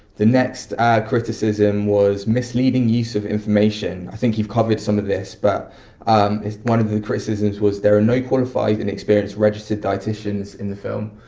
the next criticism was misleading use of information. i think you've covered some of this, but one of the criticisms was, there are no qualified and experienced registered dieticians in the film.